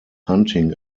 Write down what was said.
hunting